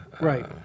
Right